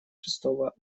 шестого